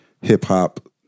hip-hop